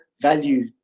value